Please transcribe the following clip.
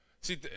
See